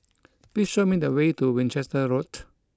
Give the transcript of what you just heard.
please show me the way to Winchester Road